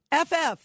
FF